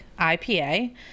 ipa